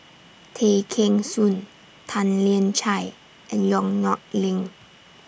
Tay Kheng Soon Tan Lian Chye and Yong Nyuk Lin